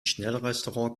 schnellrestaurant